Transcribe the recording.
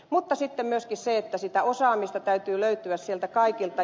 mutta myöskin sitä osaamista täytyy löytyä sieltä kaikilta